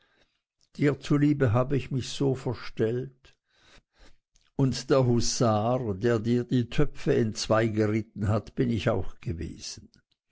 dir zuliebe habe ich mich so verstellt und der husar der dir die töpfe entzweigeritten hat bin ich auch gewesen